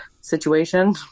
situation